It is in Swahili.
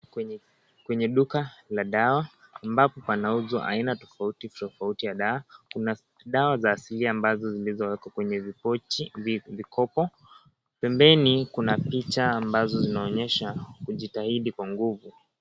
Kwenye duka la dawa, ambapo panauzwa aina tofauti tofauti ya dawa. Kuna dawa za asili ambazo zilizowekwa kwenye vipochi, vikopa pembeni kuna picha ambazo zinaonyesha kujitahidi kwa nguvu.